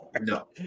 No